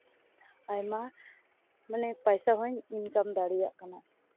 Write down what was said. ᱟᱭᱢᱟ ᱢᱟᱱᱮ ᱯᱚᱭᱥᱟ ᱦᱚᱧ ᱤᱱᱠᱟᱢ ᱫᱟᱲᱮᱭᱟᱜ ᱠᱟᱱᱟ